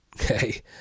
okay